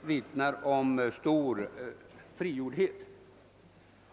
vittnar om stor frigjordhet.